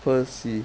percy